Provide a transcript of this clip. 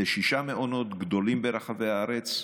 אלה שישה מעונות גדולים ברחבי הארץ,